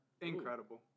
Incredible